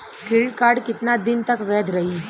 Credit card कितना दिन तक वैध रही?